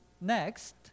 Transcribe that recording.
next